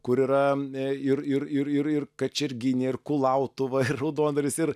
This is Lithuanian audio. kur yra ir ir ir ir ir kačerginė ir kulautuva ir raudondvaris ir